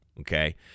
Okay